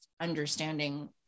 understanding